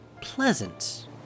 pleasant